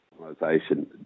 organisation